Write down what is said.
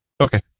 Okay